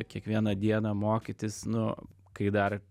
kiekvieną dieną mokytis nu kai dar